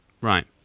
Right